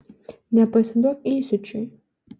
nepasiduok įsiūčiui